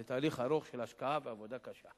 זה תהליך ארוך של השקעה ועבודה קשה.